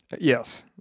Yes